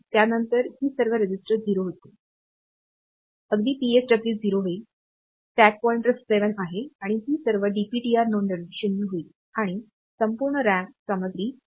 त्यानंतर ही सर्व रजिस्टर 0 होतिल अगदी PSW 0 होईल स्टॅक पॉईंटर 7 आहे आणि ही सर्व DTPR नोंदणी 0 होईल आणि संपूर्ण रॅम सामग्री साफ केली जाईल